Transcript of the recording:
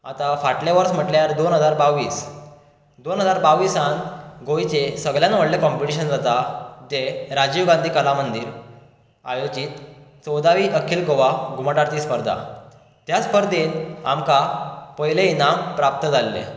आतां फाटलें वर्स म्हटल्यार दोन हजार बावीस दोन हजार बावीसान गोंयचें सगळ्यान व्हडलें कॉम्पिटिशन जाता तें राजीव गांधी कला मंदीर आयोजीत चौदावी अखील गोवा घुमट आरती स्पर्धा त्याच स्पर्धेंत आमकां पयलें इनाम प्राप्त जाल्लें